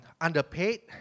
underpaid